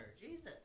Jesus